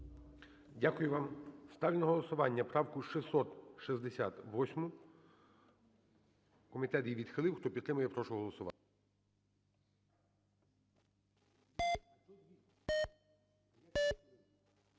Дякую вам. Ставлю на голосування правку 668. Комітет її відхилив, хто підтримує, прошу голосувати.